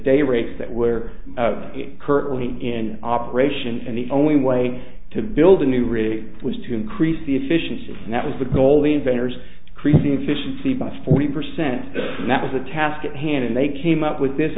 day rates that were currently in operation and the only way to build a new rig was to increase the efficiency and that was the goal the inventors creasy efficiency by forty percent and that was the task at hand and they came up with this